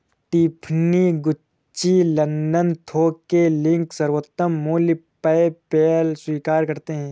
Tiffany, Gucci, London थोक के link, सर्वोत्तम मूल्य, पेपैल स्वीकार करते है